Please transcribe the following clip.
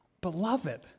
Beloved